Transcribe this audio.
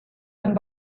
and